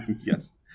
Yes